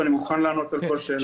אני מוכן לענות על כל שאלה.